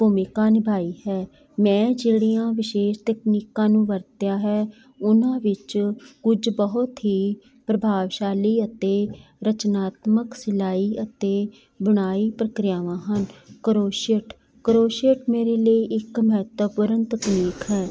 ਭੂਮਿਕਾ ਨਿਭਾਈ ਹੈ ਮੈਂ ਜਿਹੜੀਆਂ ਵਿਸ਼ੇਸ਼ ਤਕਨੀਕਾਂ ਨੂੰ ਵਰਤਿਆ ਹੈ ਉਹਨਾਂ ਵਿੱਚ ਕੁਝ ਬਹੁਤ ਹੀ ਪ੍ਰਭਾਵਸ਼ਾਲੀ ਅਤੇ ਰਚਨਾਤਮਕ ਸਿਲਾਈ ਅਤੇ ਬੁਣਾਈ ਪ੍ਰਕਿਰਿਆਵਾਂ ਹਨ ਕਰੋਸ਼ੇਟ ਕਰੋਸ਼ੇਟ ਮੇਰੇ ਲਈ ਇੱਕ ਮਹੱਤਵਪੂਰਨ ਤਕਨੀਕ ਹੈ